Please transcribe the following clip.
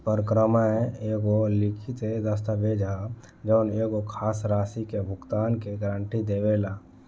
परक्रमय एगो लिखित दस्तावेज ह जवन एगो खास राशि के भुगतान के गारंटी देवेला